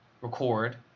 record